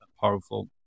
powerful